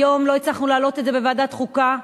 היום לא הצלחנו להעלות את זה בוועדת חוקה,